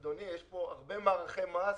אדוני, יש פה הרבה מערכי מס.